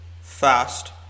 fast